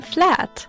Flat